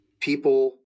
people